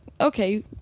Okay